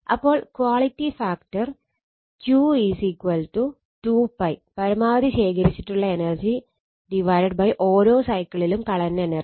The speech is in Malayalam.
അപ്പോൾ ക്വാളിറ്റി ഫാക്ടർ Q 2 𝜋 പരമാവധി ശേഖരിച്ചിട്ടുള്ള എനർജി ഓരോ സൈക്കിളിലും കളഞ്ഞ എനർജി